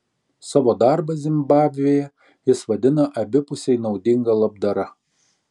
savo darbą zimbabvėje jis vadina abipusiai naudinga labdara